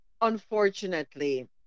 unfortunately